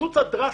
הקיצוץ הדרסטי,